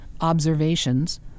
observations